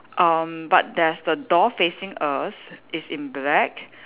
um but there's a door facing us is in black